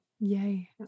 Yay